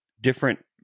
different